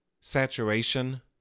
saturation